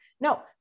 no